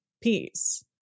peace